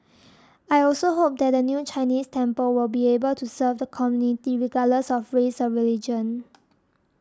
I also hope that the new Chinese temple will be able to serve the community regardless of race or religion